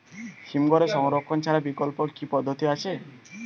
হিমঘরে সংরক্ষণ ছাড়া বিকল্প কি পদ্ধতি আছে?